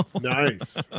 nice